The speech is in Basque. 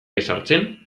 ezartzen